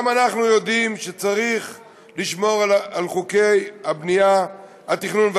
גם אנחנו יודעים שצריך לשמור על חוקי התכנון והבנייה.